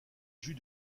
jus